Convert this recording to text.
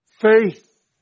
Faith